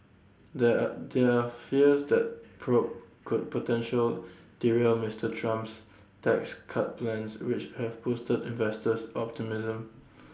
there are there are fears that probe could potentially derail Mister Trump's tax cut plans which have boosted investors optimism